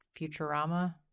Futurama